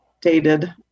dated